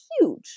huge